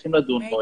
צריכים לדון בו,